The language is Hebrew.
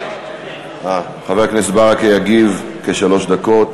חבר הכנסת ברכה יגיב כשלוש דקות.